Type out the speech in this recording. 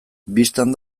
bistan